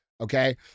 okay